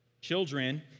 Children